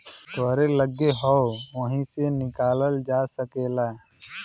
तोहरे लग्गे हौ वही से निकालल जा सकेला